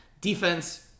defense